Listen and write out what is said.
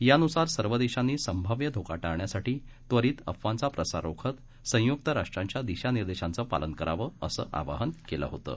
यानुसार सर्व देशानी संभाव्य धोका टाळण्यासाठी त्वरित अफवांचा प्रसार रोखत संयुक्त राष्ट्रांच्या दिशानिर्देशांचं पालन करण्याचं आवाहन केलं होतं